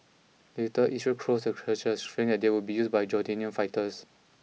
later Israel closed the churches fearing they would be used by Jordanian fighters